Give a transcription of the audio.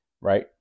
right